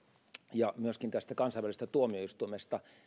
ja myöskin tästä kansainvälisestä tuomioistuimesta